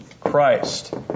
Christ